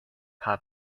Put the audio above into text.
hop